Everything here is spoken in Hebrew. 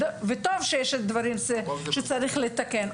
וטוב שיש דברים שצריך לתקן.